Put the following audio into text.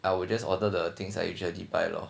I will just order the things I usually buy lor